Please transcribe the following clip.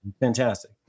fantastic